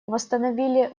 восстановили